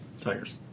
Tigers